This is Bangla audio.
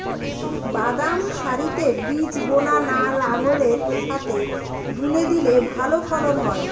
বাদাম সারিতে বীজ বোনা না লাঙ্গলের সাথে বুনে দিলে ভালো ফলন হয়?